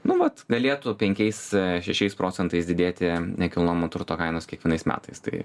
nu vat galėtų penkiais šešiais procentais didėti nekilnojamo turto kainos kiekvienais metais tai